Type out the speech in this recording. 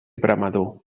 veremador